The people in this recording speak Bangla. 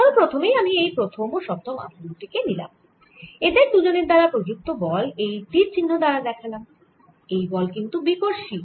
ধরো প্রথমেই আমি এই প্রথম ও সপ্তম আধান দুটি কে নিলাম এদের দুজনের দ্বারা প্রযুক্ত বল এই তীর চিহ্নের দ্বারা দেখালাম এই বল কিন্তু বিকর্শী